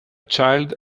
child